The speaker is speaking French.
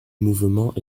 mouvement